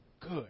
good